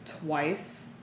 twice